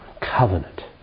covenant